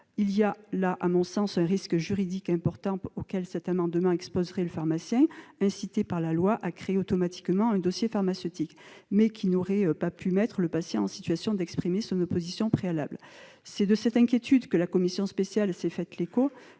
il existe donc un risque juridique important, auquel serait certainement exposé le pharmacien incité par la loi à créer automatiquement un dossier pharmaceutique, tout en n'ayant pas pu mettre le patient en situation d'exprimer son opposition préalable. C'est de cette inquiétude que la commission spéciale s'est fait l'écho,